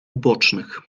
ubocznych